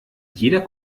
jeder